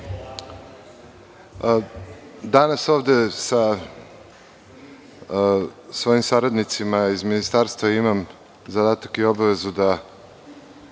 danas ovde sa svojim saradnicima iz ministarstva imam zadatak i obavezu da